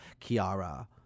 Kiara